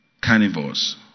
carnivores